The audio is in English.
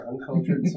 Uncultured